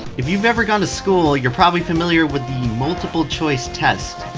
if you've ever gone to school, you're probably familiar with the multiple choice test.